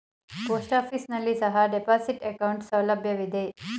post office ನಲ್ಲಿ ಸಹ deposit account ಸೌಲಭ್ಯವಿದೆ